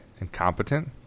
incompetent